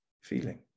feeling